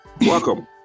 Welcome